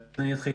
לנגב.